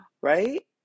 right